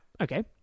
okay